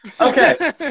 Okay